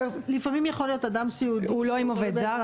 לפעמים יכול להיות אדם סיעודי --- אז הוא לא עם עובד זר,